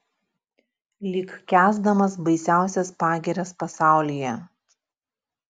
lyg kęsdamas baisiausias pagirias pasaulyje